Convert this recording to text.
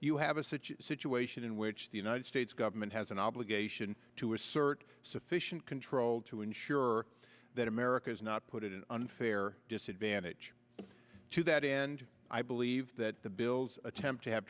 you have a city situation in which the united states government has an obligation to assert sufficient control to ensure that america is not put it an unfair disadvantage to that end i believe that the bill's attempt to have